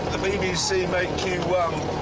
the bbc make you.